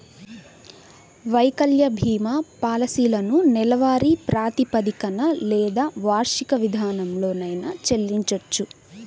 వైకల్య భీమా పాలసీలను నెలవారీ ప్రాతిపదికన లేదా వార్షిక విధానంలోనైనా చెల్లించొచ్చు